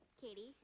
Katie